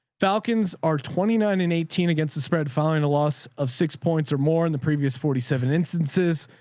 falcons are twenty nine and eighteen against the spread, following a loss of six points or more in the previous forty seven instances,